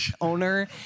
owner